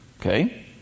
Okay